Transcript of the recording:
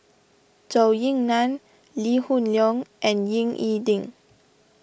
Zhou Ying Nan Lee Hoon Leong and Ying E Ding